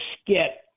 skit